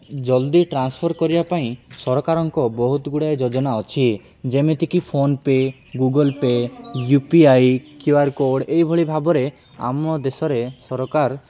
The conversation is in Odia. ଜଲ୍ଦି ଟ୍ରାନ୍ସଫର୍ କରିବା ପାଇଁ ସରକାରଙ୍କ ବହୁତ ଗୁଡ଼ାଏ ଯୋଜନା ଅଛି ଯେମିତିକି PhonePe' Google Pay' U P I Q R code ଏହିଭଳି ଭାବରେ ଆମ ଦେଶରେ ସରକାର